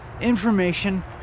information